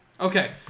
Okay